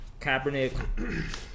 Kaepernick